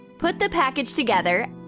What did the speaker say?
put the package together.